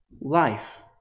life